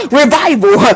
revival